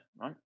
right